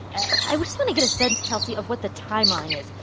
i just want to get a sense, kelsey, of what the timeline is.